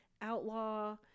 Outlaw